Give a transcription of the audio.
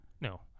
No